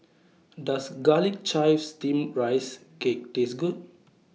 Does Garlic Chives Steamed Rice Cake Taste Good